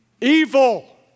Evil